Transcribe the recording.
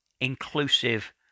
inclusive